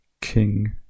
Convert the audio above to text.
King